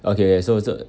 okay so so